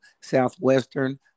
Southwestern